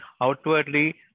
outwardly